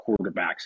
quarterbacks